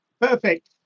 Perfect